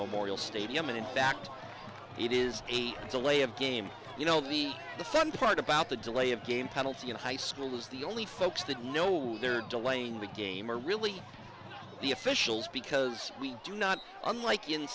memorial stadium and in fact it is eight it's a way of game you know the the fun part about the delay of game penalty in high school is the only folks that know they're delaying the game are really the officials because we do not unlike in